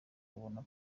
ubona